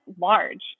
large